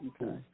Okay